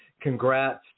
congrats